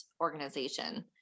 organization